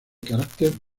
carácter